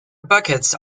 buckets